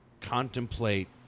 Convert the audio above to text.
contemplate